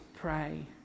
pray